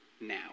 now